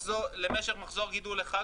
למשך מחזור גידול אחד,